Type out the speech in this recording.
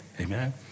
Amen